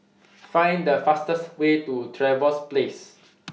Find The fastest Way to Trevose Place